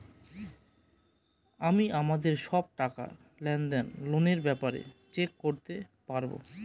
আমি আমাদের সব টাকা, লেনদেন, লোনের ব্যাপারে চেক করতে পাবো